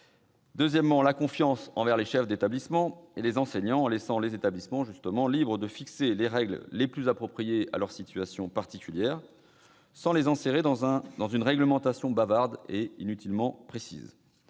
après mai 68. Confiance envers les chefs d'établissement et les enseignants, ensuite : il s'agit de laisser les établissements libres de fixer les règles les plus appropriées à leur situation particulière, sans les enserrer dans une réglementation bavarde et inutilement précise.